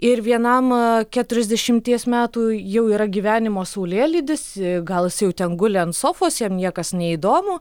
ir vienam keturiasdešimties metų jau yra gyvenimo saulėlydis gal jis jau ten guli ant sofos jam niekas neįdomu